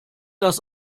das